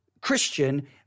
Christian